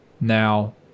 now